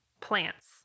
plants